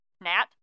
Nat